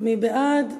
מי בעד?